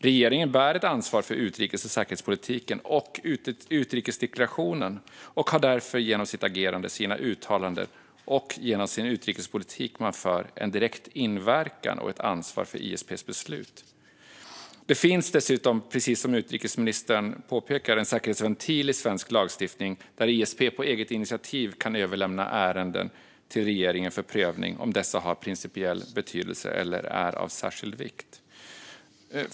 Regeringen bär ett ansvar för utrikes och säkerhetspolitiken och utrikesdeklarationen och har därför genom sitt agerande, sina uttalanden och genom den utrikespolitik man för en direkt inverkan på och ett ansvar för ISP:s beslut. Det finns dessutom, precis som utrikesministern påpekar, en säkerhetsventil i svensk lagstiftning där ISP på eget initiativ kan överlämna ärenden till regeringen för prövning om dessa har principiell betydelse eller är av särskild vikt.